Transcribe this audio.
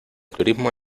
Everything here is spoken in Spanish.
turismo